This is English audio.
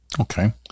Okay